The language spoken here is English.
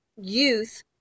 youth